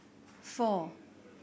four